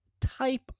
type